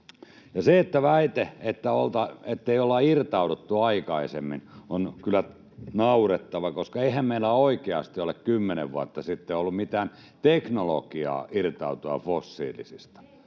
Se väite, ettei olla irtauduttu aikaisemmin, on kyllä naurettava, koska eihän meillä oikeasti ole kymmenen vuotta sitten ollut mitään teknologiaa irtautua fossiilisista.